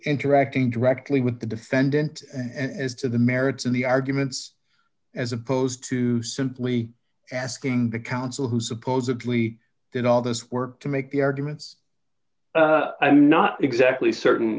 interacting directly with the defendant and as to the merits of the arguments as opposed to simply asking the counsel who supposedly did all this work to make the arguments i'm not exactly certain